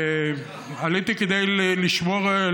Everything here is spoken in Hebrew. עליתי כדי לשמור,